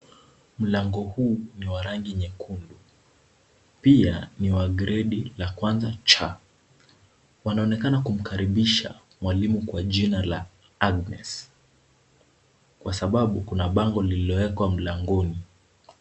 Mlango huu ni wa rangi nyekundu pia ni wa gredi ya kwanza C. Wanaonekana kumkaribisha mwalimu kwa jina la Agnes kwa sababu kuna bango lililowekwa mlangoni.